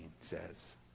says